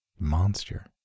monster